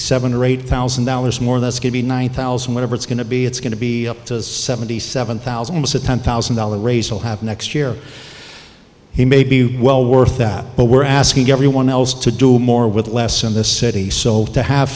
seven or eight thousand dollars more that's give me one thousand whatever it's going to be it's going to be up to seventy seven thousand was a ten thousand dollar raise will happen next year he may be well worth that but we're asking everyone else to do more with less in the city so to have